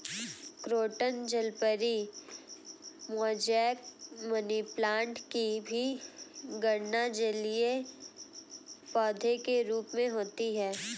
croton जलपरी, mosaic, money plant की भी गणना जलीय पौधे के रूप में होती है